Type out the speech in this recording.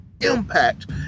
impact